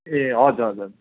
ए हजुर हजुर